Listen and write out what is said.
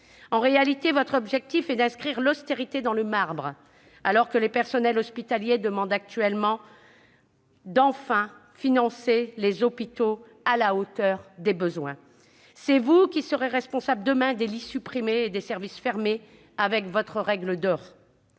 En réalité, votre objectif est d'inscrire l'austérité dans le marbre, alors que les personnels hospitaliers demandent actuellement que les hôpitaux soient enfin financés à la hauteur des besoins. C'est vous qui serez responsables, demain, des lits supprimés et des services fermés avec votre règle d'or